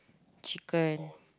chicken